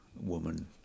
woman